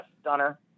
stunner